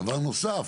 דבר נוסף